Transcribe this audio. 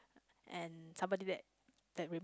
and somebody that that rem~